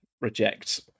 reject